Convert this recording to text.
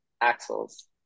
axles